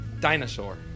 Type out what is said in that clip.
Dinosaur